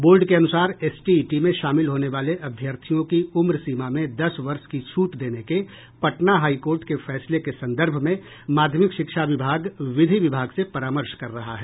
board के अनुसार STET में शामिल होने वाले अभ्यर्थियों की उम्र सीमा में दस वर्ष की छूट देने के पटना हाई कोर्ट के फैसले के संदर्भ में माध्यमिक शिक्षा विभाग विधि विभाग से परामर्श कर रहा है